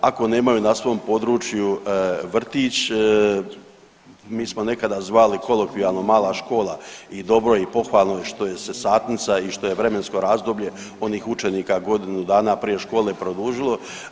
Ako nemaju na svom području vrtić mi smo nekada zvali kolokvijalno mala škola i dobro je i pohvalno što se satnica i što je vremensko razdoblje onih učenika godinu dana prije škole produžilo.